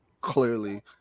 Clearly